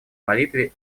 молитве